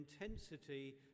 intensity